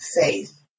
faith